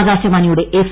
ആകാശവാണിയുടെ എഫ്